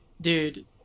Dude